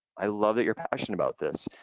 i love that you're passionate about this,